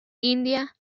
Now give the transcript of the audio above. india